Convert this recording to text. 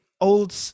old